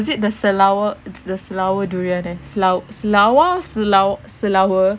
was it the selawe the selawe durian eh selawa selawe